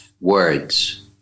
words